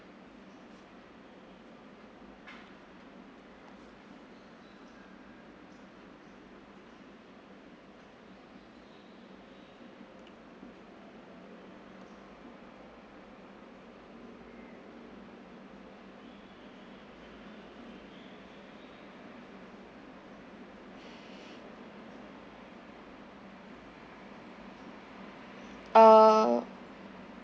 uh